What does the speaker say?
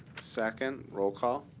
second. roll call.